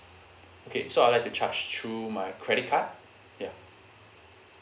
okay so I'd like to charge through my credit card ya